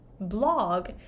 blog